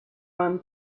rum